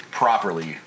properly